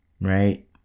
right